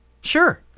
sure